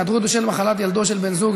היעדרות בשל מחלת ילדו של בן זוג),